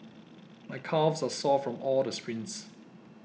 my calves are sore from all the sprints